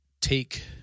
take